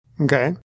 Okay